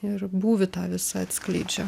ir būvį tą visą atskleidžia